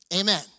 amen